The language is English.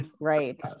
right